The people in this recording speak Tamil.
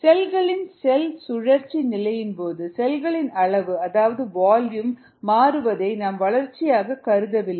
செல்களின் செல் சுழற்சி நிலையின் பொழுது செல்களின் அளவு அதாவது வால்யூம் மாறுவதை நாம் வளர்ச்சியாக கருதுவதில்லை